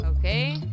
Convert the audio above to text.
Okay